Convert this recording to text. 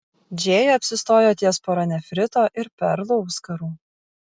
džėja apsistojo ties pora nefrito ir perlų auskarų